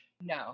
No